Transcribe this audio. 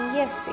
yes